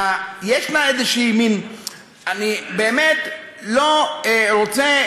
אני באמת לא רוצה,